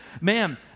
Man